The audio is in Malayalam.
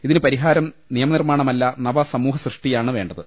ഇതിന് പരിഹാരം നിയമനിർമ്മാണമല്ല നവസാമൂഹസൃഷ്ടിയാണ് വേണ്ടത്